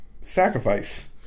sacrifice